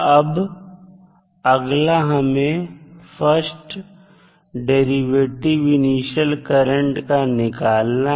अब अगला हमें फर्स्ट डेरिवेटिव इनिशियल करंट का निकालना है